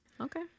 Okay